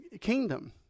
kingdom